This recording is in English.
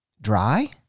Dry